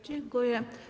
Dziękuję.